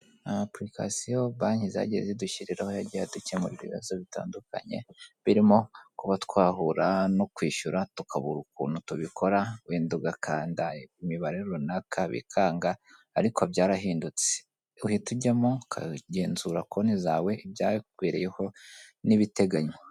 Ama apurikasiyo banki zagiye zidushyiriraho yagiye dukemura ibibazo bitandukanye birimo kuba twahura no kwishyura tukabura ukuntu tubikora wenda ugakanda imibare runaka bikanga ariko byarahindutse uhita ujyamo ukagenzura konti zawe ibyabereyeho n'ibiteganywa.